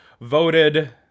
voted